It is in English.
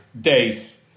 days